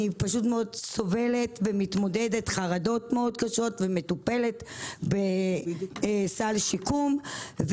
אני פשוט מאוד סובלת ומתמודדת עם חרדות קשות מאוד ומטופלת בסל שיקום.